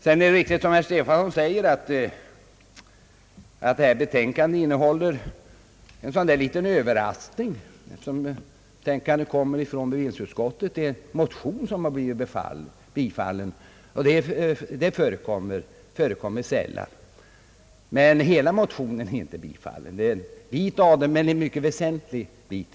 Det är riktigt som herr Stefanson säger att detta betänkande innehåller en liten överraskning i det att en motion blivit tillstyrkt. Det förekommer sällan. Men hela motionen är inte tillstyrkt — endast en bit av den men en mycket väsentlig bit.